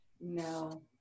No